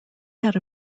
had